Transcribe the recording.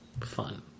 fun